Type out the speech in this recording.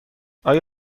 آیا